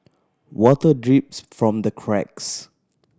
water drips from the cracks